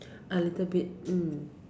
a little bit mm